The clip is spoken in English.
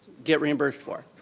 get reimbursed for.